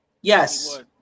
yes